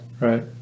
right